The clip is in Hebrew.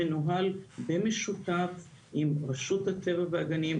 מנוהל במשותף עם רשות הטבע והגנים,